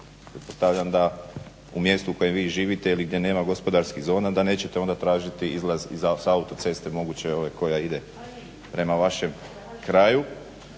u mjestu u kojem vi živite ili gdje nema gospodarskih zona da nećete onda tražiti izlaz sa autoceste ove moguće koja ide prema vašem kraju,